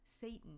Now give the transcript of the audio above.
Satan